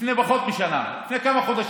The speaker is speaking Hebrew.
לפני פחות משנה, לפני כמה חודשים,